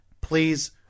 please